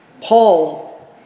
Paul